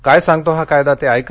काय सांगतो हा कायदा ते ऐका